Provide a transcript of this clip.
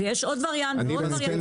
יש עוד וריאנט ועוד וריאנט.